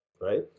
right